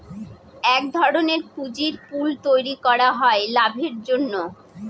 এক ধরনের পুঁজির পুল তৈরী করা হয় লাভের জন্য